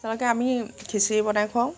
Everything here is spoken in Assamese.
তেনেকৈ আমি খিচিৰি বনাই খুৱাওঁ